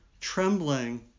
trembling